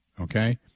Okay